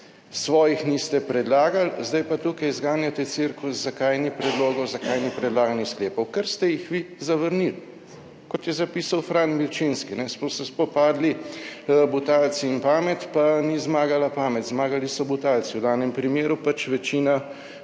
svojih niste predlagali, zdaj pa tukaj zganjate cirkus, zakaj ni predlogov, zakaj ni predlaganih sklepov, ker ste jih vi zavrnili. Kot je zapisal Fran Milčinski: »Smo se spopadli Butalci in pamet, pa ni zmagala pamet, zmagali so Butalci.« V danem primeru pač večina